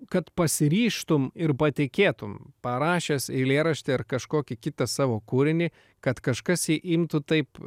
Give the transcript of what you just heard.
kad pasiryžtum ir patikėtum parašęs eilėraštį ar kažkokį kitą savo kūrinį kad kažkas jį imtų taip